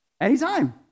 Anytime